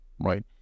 right